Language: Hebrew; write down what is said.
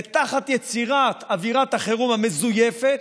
ותחת יצירת אווירת החירום המזויפת.